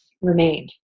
remained